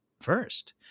first